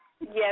Yes